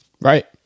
right